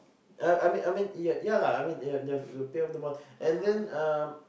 uh I mean I mean ya ya lah you have to pay off the bond and then um